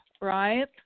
right